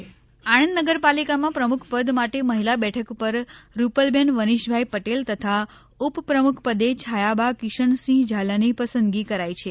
આણંદ નગરપાલિકા આણંદ નગરપાલિકામાં પ્રમુખપદ માટે મહિલા બેઠક પર રૂપલબેન વનીષભાઇ પટેલ તથા ઉપપ્રમુખપદે છાયાબા કિશનસિંહ ઝાલાની પસંદગી કરાઇ છે